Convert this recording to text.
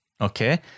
okay